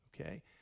okay